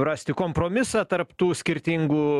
rasti kompromisą tarp tų skirtingų